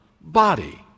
body